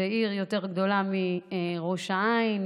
עיר גדולה יותר מראש העין,